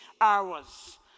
hours